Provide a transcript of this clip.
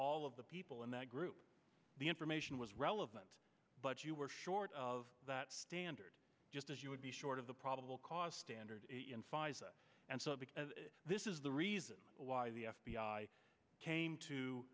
all of the people in that group the information was relevant but you were short of that standard just as you would be short of the probable cause standard and so because this is the reason why the f b i came to